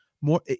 more